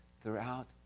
throughout